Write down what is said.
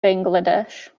bangladesh